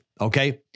okay